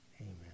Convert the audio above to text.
Amen